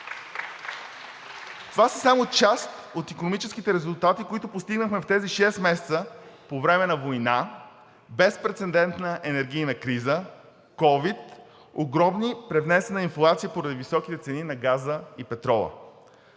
Това са само част от икономическите резултати, които постигнахме в тези шест месеца по време на война, безпрецедентна енергийна криза, ковид, огромна привнесена инфлация поради високите цени на газа и петрола.